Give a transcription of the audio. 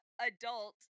adult